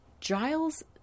Giles